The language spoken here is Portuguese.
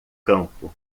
campo